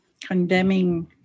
condemning